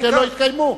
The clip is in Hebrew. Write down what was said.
ולכן לא יתקיימו.